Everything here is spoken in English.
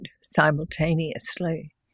simultaneously